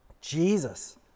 Jesus